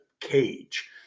cage